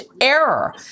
error